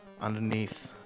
underneath